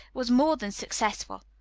was more than successful.